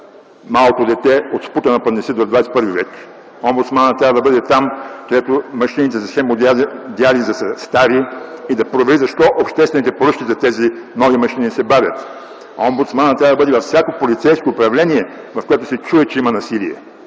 малко дете от спукан апендикс в ХХІ век. Омбудсманът трябва да бъде там, където машините за хемодиализа са стари, и да провери защо обществените поръчки за тези нови машини се бавят. Омбудсманът трябва да бъде във всяко полицейско управление, в което се чуе, че има насилие.